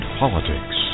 politics